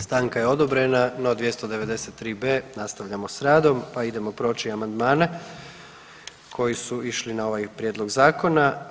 Stanka je odobrena, no 293b, nastavljamo s radom pa idemo proći amandmane koji su išli na ovaj prijedlog Zakona.